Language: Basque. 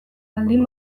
baldin